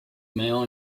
male